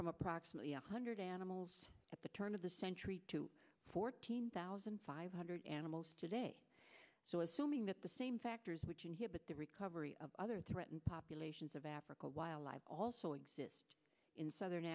from approximately one hundred animals at the turn of the century to fourteen thousand five hundred animals so assuming that the same factors which inhibit the recovery of other threatened populations of africa wildlife also exist in southern